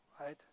right